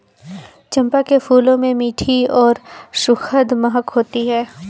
चंपा के फूलों में मीठी और सुखद महक होती है